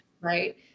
Right